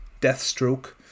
Deathstroke